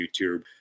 YouTube